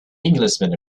englishman